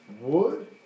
wood